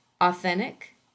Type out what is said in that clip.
authentic